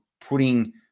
putting